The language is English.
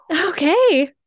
Okay